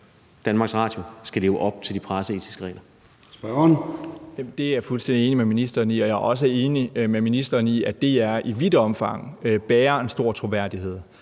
at vores DR skal leve op til de presseetiske regler.